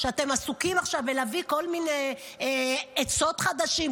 שאתם עסוקים עכשיו להביא כל מיני עצות חדשות,